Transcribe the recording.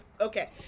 okay